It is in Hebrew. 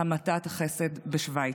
המתת החסד בשווייץ.